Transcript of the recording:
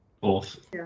Fourth